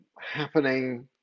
happening